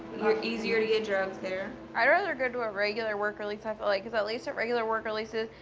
you're easier to get drugs there. i'd rather go to a regular work release, i feel like, cause at least at regular work releases,